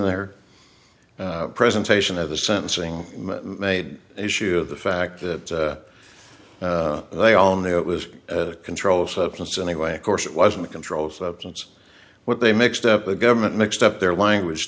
their presentation of the censoring made issue of the fact that they all knew it was a controlled substance anyway of course it wasn't a controlled substance what they mixed up the government mixed up their language